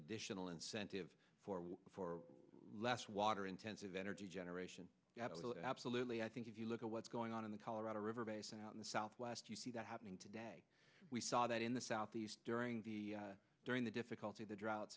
additional incentive for less water intensive energy generation absolutely i think if you look at what's going on in the colorado river basin out in the southwest you see that happening today we saw that in the southeast during the during the difficulty the droughts